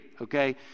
okay